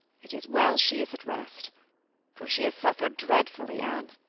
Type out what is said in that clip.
it is well she is at rest for she has suffered dreadfully, anne.